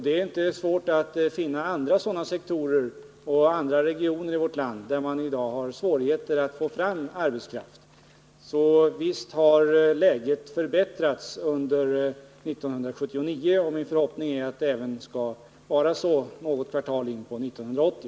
Det är inte svårt att finna andra sådana sektorer och andra regioner i vårt land där man i dag har svårigheter att få fram arbetskraft. Därför måste vi säga, att visst har läget förbättrats under 1979, och min förhoppning är att det även skall vara så något kvartal in på 1980.